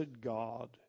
God